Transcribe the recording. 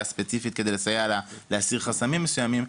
ספציפית כדי לסייע לה להסיר חסמים מסוימים,